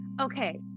Okay